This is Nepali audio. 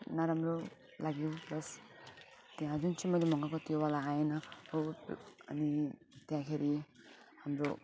नराम्रो लाग्यो प्लस त्यहाँ जुन चाहिँ मैले मगाएको त्योवाला आएन त्यो अनि त्यहाँ हेरेँ हाम्रो